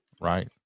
Right